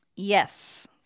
Yes